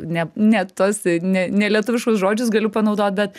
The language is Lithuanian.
ne ne tuos ne nelietuviškus žodžius galiu panaudot bet